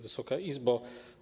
Wysoka Izbo!